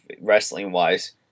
wrestling-wise